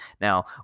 Now